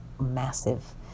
massive